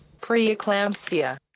preeclampsia